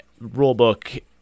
rulebook